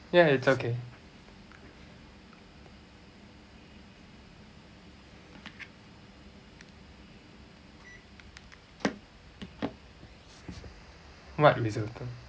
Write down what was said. ya it's okay what risotto